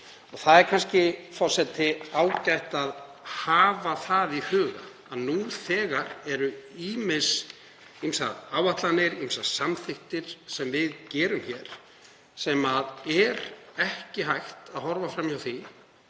Það er kannski, forseti, ágætt að hafa það í huga að nú þegar eru ýmsar áætlanir, ýmsar samþykktir, sem við gerum hér, og ekki er hægt að horfa fram hjá því